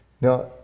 Now